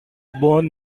born